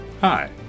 Hi